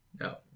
No